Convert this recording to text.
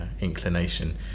inclination